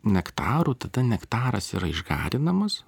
nektaro tada nektaras yra išgarinamas